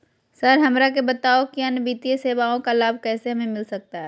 Sir हमरा के बताओ कि अन्य वित्तीय सेवाओं का लाभ कैसे हमें मिलता सकता है?